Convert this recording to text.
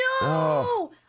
No